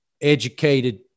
educated